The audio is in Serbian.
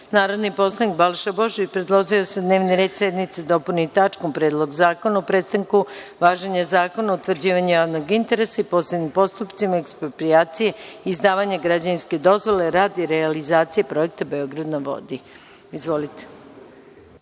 predlog. Narodni poslanik Balša Božović predložio je da se dnevni red sednice dopuni tačkom – Predlog zakona o prestanku važenja Zakona o utvrđivanju javnog interesa i posebnim postupcima eksproprijacije i izdavanja građevinskih dozvola radi realizacije projekta „Beograd na vodi“.Izvolite.